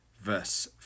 verse